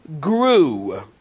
grew